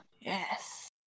yes